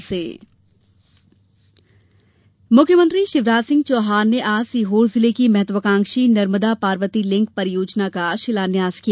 नर्मदा पार्वती मुख्यमंत्री शिवराज सिंह चौहान ने आज सीहोर जिले की महत्वाकांक्षी नर्मदा पार्वती लिंक परियोजॅना का शिलान्यास किया